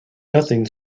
nothing